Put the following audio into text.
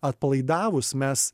atpalaidavus mes